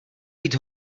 být